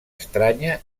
estranya